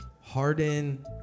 Harden